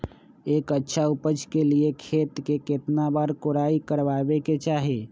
एक अच्छा उपज के लिए खेत के केतना बार कओराई करबआबे के चाहि?